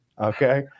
okay